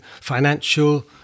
financial